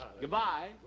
Goodbye